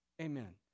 Amen